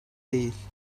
değil